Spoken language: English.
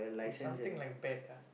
is something like bat ah